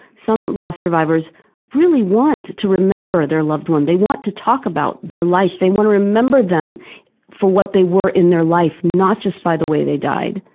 some loss survivors really want to remember their loved one they want to talk about their life, they want to remember them for what they were in their life, not just by the way they died.